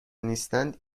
نیستند